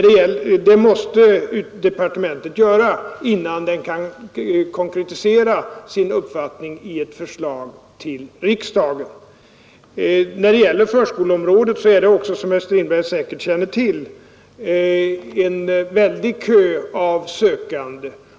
Det måste departementet göra, innan departementet kan konkretisera sin uppfattning i ett förslag till riksdagen. När det gäller förskoleområdet är det också, som herr Strindberg säkerligen känner till, en väldig kö av sökande.